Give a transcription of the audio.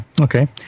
okay